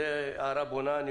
זו הערה בונה.